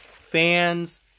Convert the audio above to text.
Fans